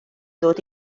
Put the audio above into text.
dod